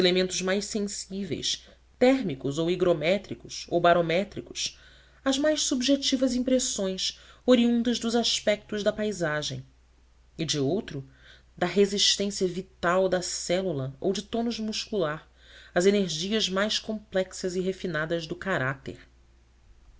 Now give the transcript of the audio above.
elementos mais sensíveis térmicos ou higrométricos ou barométricos às mais subjetivas impressões oriundas dos aspetos da paisagem e de outro da resistência vital da célula ou do tônus muscular às energias mais complexas e refinadas do caráter